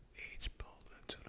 each bolted